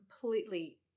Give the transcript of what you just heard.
completely